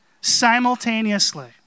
simultaneously